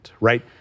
right